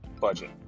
budget